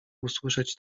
usłyszeć